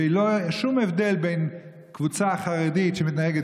ולא יהיה שום הבדל בין הקבוצה החרדית שמתנהגת